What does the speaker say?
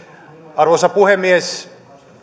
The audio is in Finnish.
arvoisa puhemies